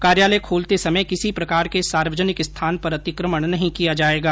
कार्यालय खोलते समय किसी प्रकार के सार्वजनिक स्थान पर अतिक्रमण नहीं किया जाएगा